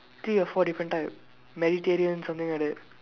three or four different type Mediterranean something like that